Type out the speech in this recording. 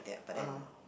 (uh huh)